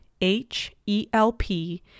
H-E-L-P